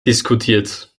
diskutiert